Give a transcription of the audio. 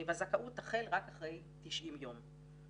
והזכאות תחל רק אחרי 90 יום,